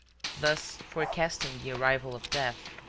thus forecasting the arrival of death.